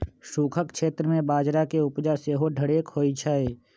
सूखक क्षेत्र में बजरा के उपजा सेहो ढेरेक होइ छइ